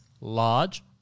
large